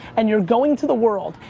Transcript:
and you're going to the world,